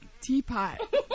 teapot